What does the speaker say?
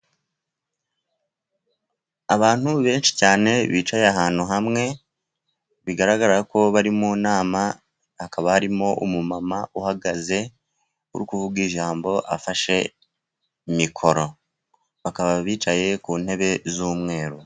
Abantu benshi cyane bicaye ahantu hamwe, bigaragara ko bari mu nama akaba harimo umumama uhagaze uri kuvuga ijambo afashe mikoro, bakaba bicaye ku ntebe z'umweru.